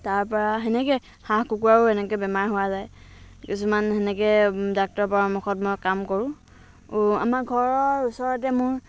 তাৰপৰা সেনেকৈ হাঁহ কুকুৰাৰো এনেকে বেমাৰ হোৱা যায় কিছুমান সেনেকৈ ডাক্তৰৰ পৰামৰ্শত মই কাম কৰোঁ আমাৰ ঘৰৰ ওচৰতে মোৰ